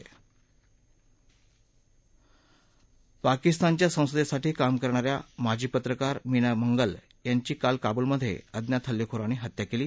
अफगाणिस्तानच्या संसदेसाठी काम करणा या माजी पत्रकार मीना मंगल यांची काल काबूलमधे अज्ञात हल्लेखोरांनी हत्या केली